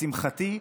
לשמחתי,